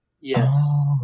Yes